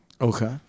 Okay